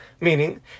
meaning